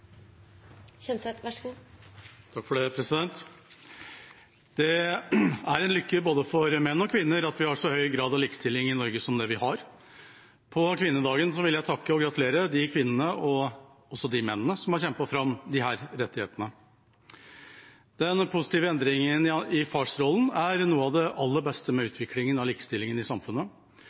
en lykke for både menn og kvinner at vi har så høy grad av likestilling i Norge som det vi har. På kvinnedagen vil jeg takke og gratulere de kvinnene og også de mennene som har kjempet fram disse rettighetene. Den positive endringen i farsrollen er noe av det aller beste med utviklingen av likestillingen i samfunnet.